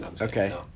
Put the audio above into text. Okay